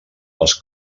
als